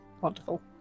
wonderful